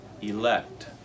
elect